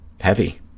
heavy